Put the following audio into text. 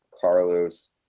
carlos